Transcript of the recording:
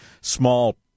small